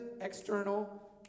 external